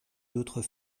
d’autres